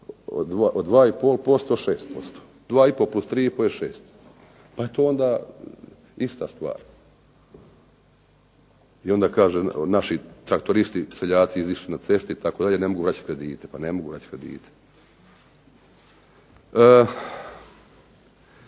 6%, 2 i pol plus 3 i pol je 6, pa je to onda ista stvar. I onda kaže naši traktoristi, seljaci izišli na ceste itd., ne mogu vraćati kredite. Pa ne mogu vraćati kredite.